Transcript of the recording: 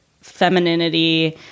femininity